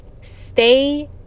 stay